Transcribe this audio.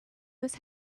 was